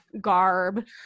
garb